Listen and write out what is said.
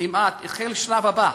כמעט, החל השלב הבא,